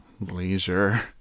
leisure